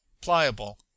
Pliable